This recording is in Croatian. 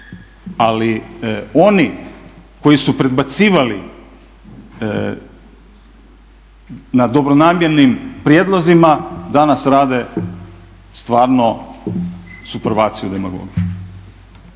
Ali, oni koji su predbacivali na dobronamjernim prijedlozima danas rade stvarno su prvaci u demagogiji.